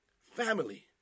family